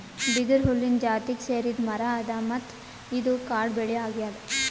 ಬಿದಿರು ಹುಲ್ಲಿನ್ ಜಾತಿಗ್ ಸೇರಿದ್ ಮರಾ ಅದಾ ಮತ್ತ್ ಇದು ಕಾಡ್ ಬೆಳಿ ಅಗ್ಯಾದ್